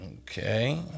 okay